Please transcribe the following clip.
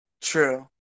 True